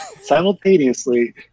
Simultaneously